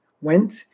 went